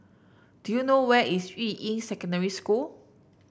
do you know where is Yuying Secondary School